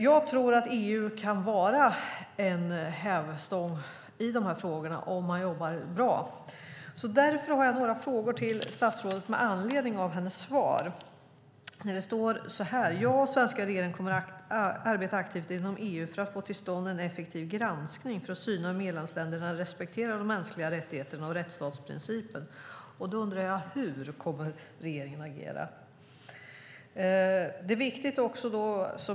Jag tror att EU kan vara en hävstång i de här frågorna om man jobbar bra. Därför har jag några frågor till statsrådet med anledning av hennes svar. Det står så här: "Jag och svenska regeringen kommer att arbeta aktivt inom EU för att få till stånd en effektiv granskning för att syna hur medlemsländer respekterar de mänskliga rättigheterna och rättsstatsprincipen." Då undrar jag: Hur kommer regeringen att agera?